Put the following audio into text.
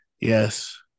Yes